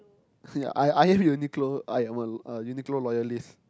I I have Uniqlo I'm a Uniqlo loyalies